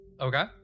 Okay